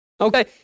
Okay